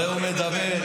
הרי הוא מדבר, הצביעות.